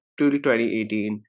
2018